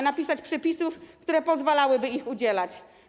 napisać przepisów, które pozwalałby ich udzielać.